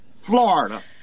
Florida